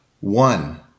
One